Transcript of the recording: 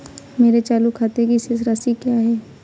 मेरे चालू खाते की शेष राशि क्या है?